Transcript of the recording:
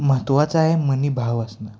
महत्त्वाचं आहे मनी भाव असणं